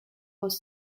was